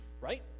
right